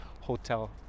Hotel